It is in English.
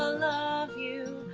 love you